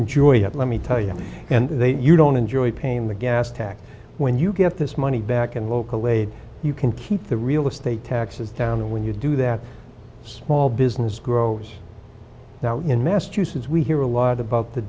enjoy it let me tell you and you don't enjoy pain the gas tax when you get this money back and local aid you can keep the real estate taxes down and when you do that small business grows now in massachusetts we hear a lot about the